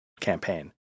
campaign